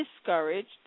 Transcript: discouraged